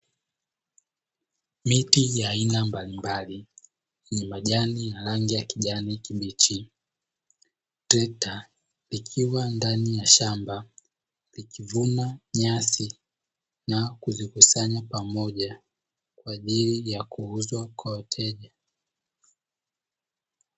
Miti ya aina mbalimbali yenye majani ya rangi ya kijani kibichi, trekta likiwa ndani ya shamba likivuna nyasi na kuzikusanya pamoja kwa ajili ya kuuzwa kwa wateja.